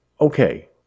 Okay